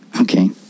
Okay